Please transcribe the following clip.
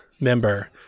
member